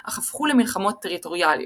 אך הפכו למלחמות טריטוריאליות.